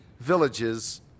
villages